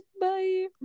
bye